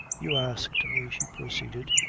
you asked me, she proceeded,